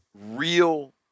real